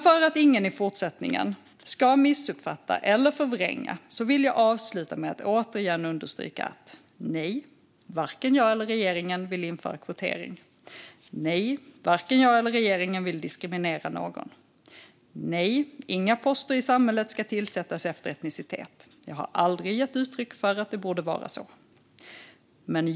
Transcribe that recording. För att ingen i fortsättningen ska missuppfatta eller förvränga vill jag avsluta med att återigen understryka: Nej - varken jag eller regeringen vill införa kvotering. Nej - varken jag eller regeringen vill diskriminera någon. Nej - inga poster i samhället ska tillsättas efter etnicitet. Jag har aldrig gett uttryck för att det borde vara så.